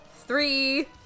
Three